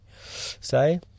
say